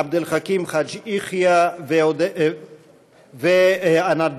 עבד אל חכים חאג' יחיא וענת ברקו.